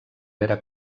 vera